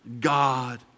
God